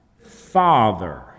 Father